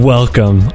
Welcome